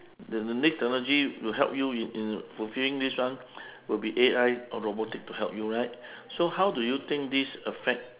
the the next technology will help you in in fulfilling this one will be A_I or robotic to help you right so how do you think this affect